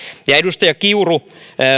edustaja kiuru